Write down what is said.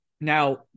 Now